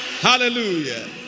Hallelujah